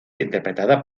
interpretada